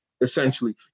essentially